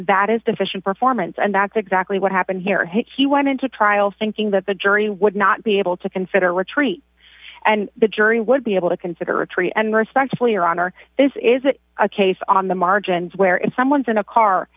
that is deficient performance and that's exactly what happened here he went into trial thinking that the jury would not be able to consider retreat and the jury would be able to consider a tree and respectfully your honor this is it a case on the margins where if someone's in a car